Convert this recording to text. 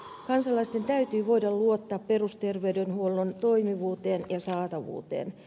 kansalaisten täytyy voida luottaa perusterveydenhuollon toimivuuteen ja saatavuuteen